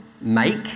make